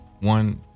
One